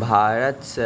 भारत स